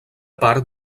part